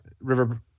River